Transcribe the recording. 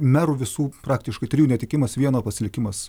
merų visų praktiškai trijų netekimas vieno pasilikimas